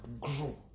grow